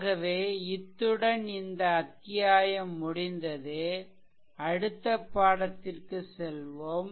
ஆகவே இத்துடன் இந்த அத்தியாயம் முடிந்தது அடுத்த பாடத்திற்கு செல்வோம்